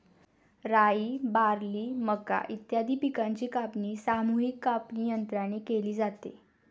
राई, बार्ली, मका इत्यादी पिकांची कापणी सामूहिक कापणीयंत्राने केली जाते